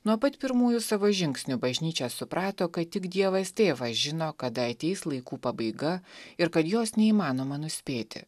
nuo pat pirmųjų savo žingsnių bažnyčia suprato kad tik dievas tėvas žino kada ateis laikų pabaiga ir kad jos neįmanoma nuspėti